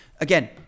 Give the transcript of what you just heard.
again